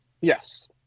Yes